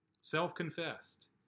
self-confessed